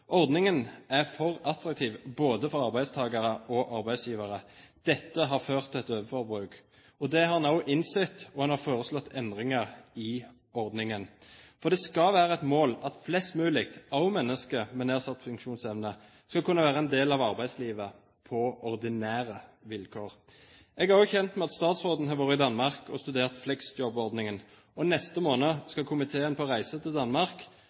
Ordningen er for attraktiv både for arbeidstakere og arbeidsgivere. Dette har ført til et overforbruk. Det har en også innsett, og en har foreslått endringer i ordningen. For det skal være et mål at flest mulig, også mennesker med nedsatt funksjonsevne, skal kunne være en del av arbeidslivet på ordinære vilkår. Jeg er også kjent med at statsråden har vært i Danmark og studert «flexjob»-ordningen, og neste måned skal komiteen på reise til Danmark.